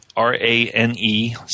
R-A-N-E